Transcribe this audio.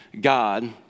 God